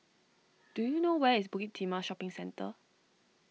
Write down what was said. do you know where is Bukit Timah Shopping Centre